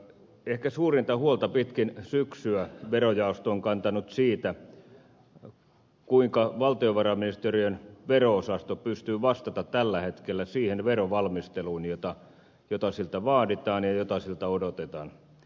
ehkä suurinta huolta pitkin syksyä verojaosto on kantanut siitä kuinka valtiovarainministeriön vero osasto pystyy vastaamaan tällä hetkellä siihen verovalmisteluun jota siltä vaaditaan ja jota siltä odotetaan